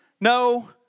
no